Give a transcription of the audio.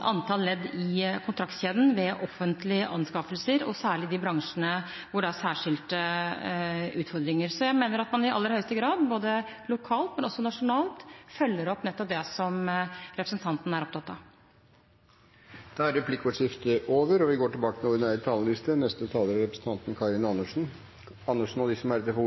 antall ledd i kontraktskjeden ved offentlige anskaffelser, og særlig i de bransjene hvor det er særskilte utfordringer. Så jeg mener at man i aller høyeste grad, både lokalt og nasjonalt, følger opp nettopp det som representanten er opptatt av. Replikkordskiftet er over. De talere som heretter får ordet,